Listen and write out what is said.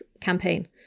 campaign